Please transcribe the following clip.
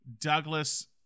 douglas